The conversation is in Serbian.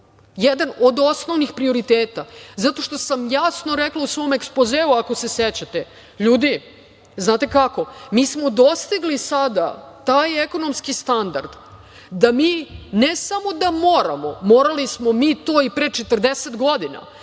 jedan od osnovnih prioriteta, zato što ja jasno rekla u svom ekspozeu, ako se sećate, ljudi, znate kako, mi smo dostigli sada taj ekonomski standard da mi ne samo da moramo, morali smo mi to i pre 40 godina,